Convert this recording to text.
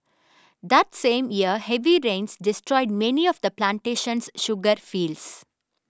that same year heavy rains destroyed many of the plantation's sugar fields